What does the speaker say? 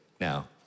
now